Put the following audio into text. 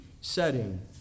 setting